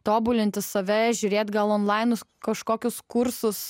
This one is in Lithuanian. tobulinti save žiūrėt gal on lainus kažkokius kursus